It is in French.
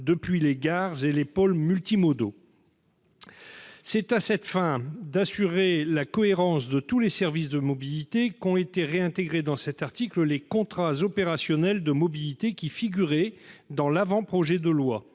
depuis les gares et les pôles multimodaux. C'est à cette fin d'assurer la cohérence de tous les services de mobilité qu'ont été réintégrés, dans cet article, les contrats opérationnels de mobilité, qui figuraient dans l'avant-projet de loi.